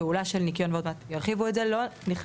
פעולה של ניכיון עוד מעט ירחיבו את זה, לא נכללת